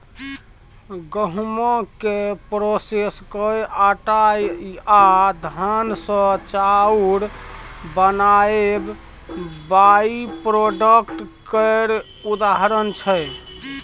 गहुँम केँ प्रोसेस कए आँटा आ धान सँ चाउर बनाएब बाइप्रोडक्ट केर उदाहरण छै